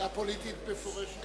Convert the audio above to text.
היא א-פוליטית במפורש.